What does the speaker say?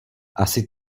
asi